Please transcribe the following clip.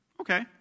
Okay